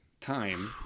time